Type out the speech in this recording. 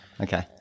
Okay